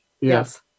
Yes